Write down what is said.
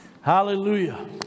Hallelujah